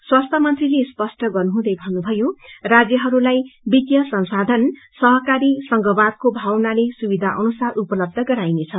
स्वास्थ्य मंत्रीले स्पस्ट गर्नुहुँदै भन्नुभयो राज्यहरूलाई वित्तिय संसाधन सहकारी सघवादको भावनाले सुविधा अनुवार उपलबध गराइनेछ